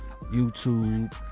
YouTube